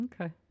Okay